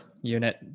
unit